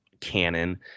canon